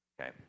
Okay